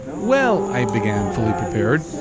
well, i began, fully prepared,